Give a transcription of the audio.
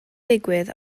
digwydd